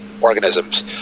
organisms